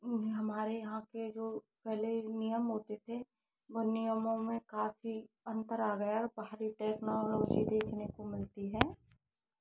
हमारे यहाँ के जो पहले नियम होते थे वो नियमों में काफ़ी अंतर आ गया बाहरी टेक्नोलॉजी देखने को मिलती है